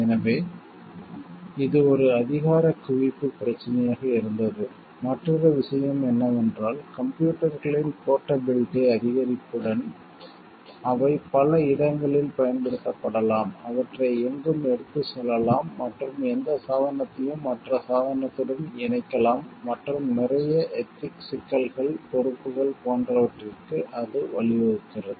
எனவே இது ஒரு அதிகார குவிப்பு பிரச்சினையாக இருந்தது மற்றொரு விஷயம் என்னவென்றால் கம்ப்யூட்டர்களின் போர்ட்டபிலிட்டி அதிகரிப்புடன் அவை பல இடங்களில் பயன்படுத்தப்படலாம் அவற்றை எங்கும் எடுத்துச் செல்லலாம் மற்றும் எந்த சாதனத்தையும் மற்ற சாதனத்துடன் இணைக்கலாம் மற்றும் நிறைய எதிக்ஸ்ச் சிக்கல்கள் பொறுப்புகள் போன்றவற்றிற்கு அது வழிவகுக்கிறது